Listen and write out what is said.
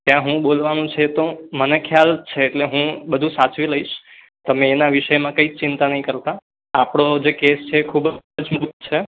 ત્યાં શું બોલવાનું છે તો મને ખ્યાલ છે એટલે હું બધું સાચવી લઈશ તમે એના વિષયમાં કંઈ જ ચિંતા નહીં કરતા આપણો જે કેસ છે એ ખૂબ જ જુદો છે